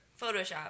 Photoshop